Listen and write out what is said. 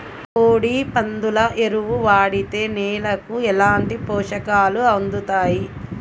కోడి, పందుల ఎరువు వాడితే నేలకు ఎలాంటి పోషకాలు అందుతాయి